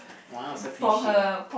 !wow! so cliche